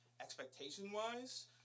Expectation-wise